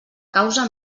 causa